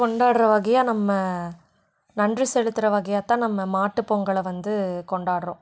கொண்டாடுற வகையாக நம்ம நன்றி செலுத்துற வகையாத்தான் நம்ம மாட்டுப்பொங்கலை வந்து கொண்டாடுறோம்